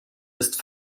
ist